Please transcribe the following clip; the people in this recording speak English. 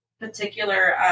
particular